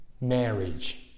marriage